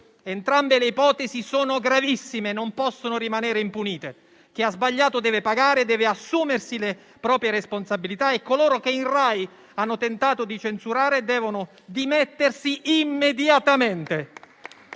Entrambe le ipotesi sono gravissime e non possono rimanere impunite. Chi ha sbagliato deve pagare, deve assumersi le proprie responsabilità e coloro che in RAI hanno tentato di censurare devono dimettersi immediatamente.